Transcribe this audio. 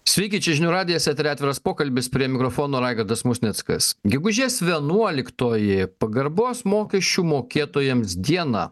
sveiki čia žinių radijas etery atviras pokalbis prie mikrofono raigardas musnickas gegužės vienuoliktoji pagarbos mokesčių mokėtojams diena